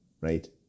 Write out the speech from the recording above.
right